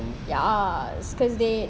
yes because they